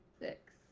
six